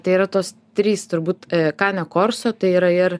tai yra tos trys turbūt kane korso tai yra ir